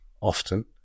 often